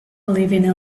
living